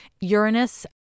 Uranus